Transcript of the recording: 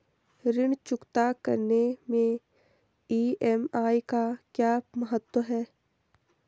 ऋण चुकता करने मैं ई.एम.आई का क्या महत्व है?